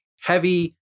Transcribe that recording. heavy